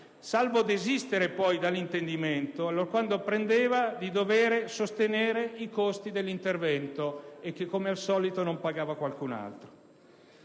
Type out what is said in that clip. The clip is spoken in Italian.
salvo desistere poi dall'intendimento allorquando apprendeva di dover sostenere i costi dell'intervento e che, come al solito, non pagava qualcun altro.